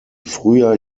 früher